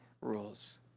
rules